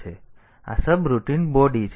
તેથી આ subroutine body છે